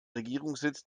regierungssitz